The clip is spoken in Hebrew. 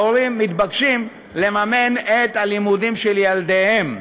ההורים מתבקשים לממן את הלימודים של ילדיהם.